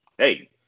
Hey